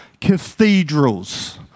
cathedrals